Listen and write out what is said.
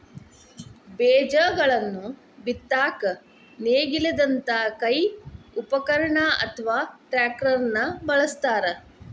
ಬೇಜಗಳನ್ನ ಬಿತ್ತಾಕ ನೇಗಿಲದಂತ ಕೈ ಉಪಕರಣ ಅತ್ವಾ ಟ್ರ್ಯಾಕ್ಟರ್ ನು ಬಳಸ್ತಾರ